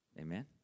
Amen